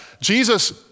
Jesus